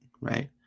right